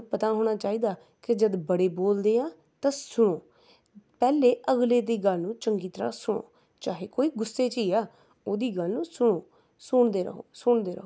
ਤੁਹਾਨੂੰ ਪਤਾ ਹੋਣਾ ਚਾਹੀਦਾ ਕਿ ਜਦ ਬੜੇ ਬੋਲਦੇ ਆ ਤਾਂ ਸੁਣੋ ਪਹਿਲੇ ਅਗਲੇ ਦੀ ਗੱਲ ਨੂੰ ਚੰਗੀ ਤਰ੍ਹਾਂ ਸੁਣੋ ਚਾਹੇ ਕੋਈ ਗੁੱਸੇ 'ਚ ਹੀ ਆ ਓਹਦੀ ਗੱਲ ਨੂੰ ਸੁਣੋ ਸੁਣਦੇ ਰਹੋ ਸੁਣਦੇ ਰਹੋ